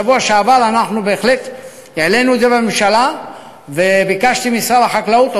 בהחלט העלינו את זה בממשלה וביקשנו משר החקלאות,